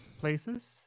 places